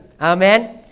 Amen